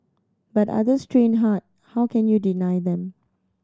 but others train hard how can you deny them